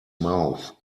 mouth